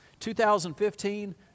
2015